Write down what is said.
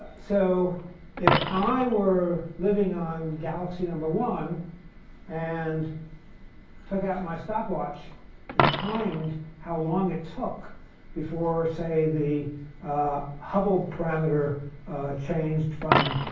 so if i were living on galaxy number one and took out my stopwatch and timed how long it took before say the hubble parameter changed from